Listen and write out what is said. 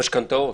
המשכנתאות.